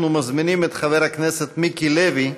אנחנו מזמינים את חבר הכנסת מיקי לוי,